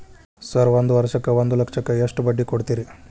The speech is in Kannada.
ಸರ್ ಒಂದು ವರ್ಷಕ್ಕ ಒಂದು ಲಕ್ಷಕ್ಕ ಎಷ್ಟು ಬಡ್ಡಿ ಕೊಡ್ತೇರಿ?